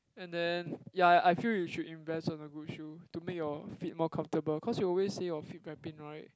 and then ya I I feel you should invest on a good shoe to make your feet more comfortable cause you always say your feet very pain right